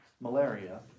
malaria